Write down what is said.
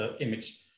image